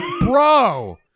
Bro